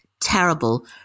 terrible